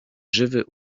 żywy